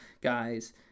guys